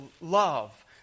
love